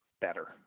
better